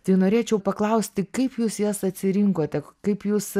tai norėčiau paklausti kaip jūs jas atsirinkote kaip jūs